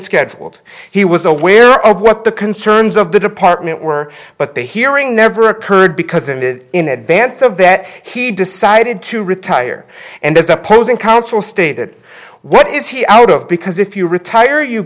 scheduled he was aware of what the concerns of the department were but the hearing never occurred because in the in advance of that he decided to retire and as opposing counsel stated what is he out of because if you retire you